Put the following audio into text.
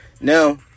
Now